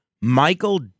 Michael